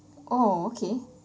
oh okay